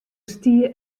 stie